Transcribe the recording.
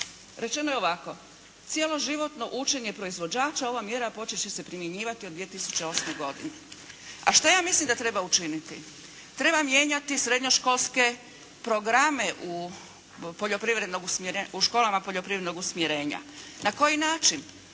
Rečeno je ovako, cijelo životno učenje proizvođača ova mjera počet će se primjenjivati od 2008. godine. A šta ja mislim da treba učiniti? Treba mijenjati srednjoškolske programe u školama poljoprivrednog usmjerenja. Na koji način?